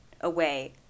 away